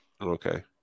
Okay